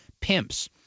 pimps